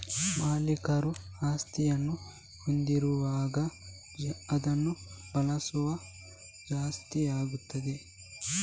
ಮಾಲೀಕರು ಆಸ್ತಿಯನ್ನು ಹೊಂದಿರುವಾಗ ಅದನ್ನು ಬಳಸಲು ಸಾಧ್ಯವಾಗುತ್ತದೆ